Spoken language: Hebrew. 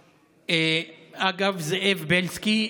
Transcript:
אגב, זאב בילסקי,